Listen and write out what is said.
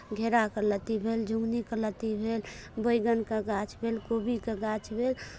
घेराके लत्ती भेल झुङ्गनीके लत्ती भेल बैगनके गाछ भेल कोबीके गाछ भेल